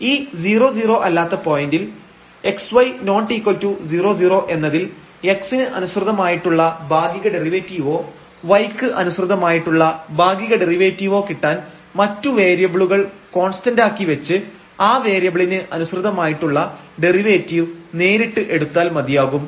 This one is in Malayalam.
ഈ 00 അല്ലാത്ത പോയന്റിൽ xy≠00 എന്നതിൽ x ന് അനുസൃതമായിട്ടുള്ള ഭാഗിക ഡെറിവേറ്റീവോ y ക്ക് അനുസൃതമായിട്ടുള്ള ഭാഗിക ഡെറിവേറ്റീവോ കിട്ടാൻ മറ്റു വേരിയബിളുകൾ കോൺസ്റ്റന്റാക്കി വെച്ച് ആ വേരിയബിളിന് അനുസൃതമായിട്ടുള്ള ഡെറിവേറ്റീവ് നേരിട്ട് എടുത്താൽ മതിയാകും